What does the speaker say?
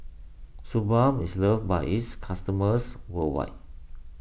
Suu Balm is loved by its customers worldwide